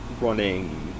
running